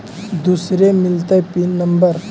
दुसरे मिलतै pin number?